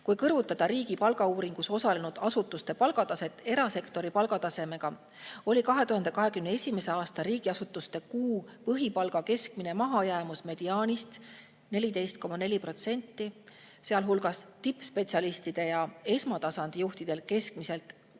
Kui kõrvutada riigi palgauuringus osalenud asutuste palgataset erasektori palgatasemega, oli 2021. aastal riigiasutuste kuu põhipalga keskmine mahajäämus mediaanist 14,4%, kusjuures tippspetsialistidel ja esmatasandi juhtidel oli